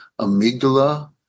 amygdala